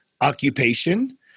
occupation